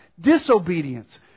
disobedience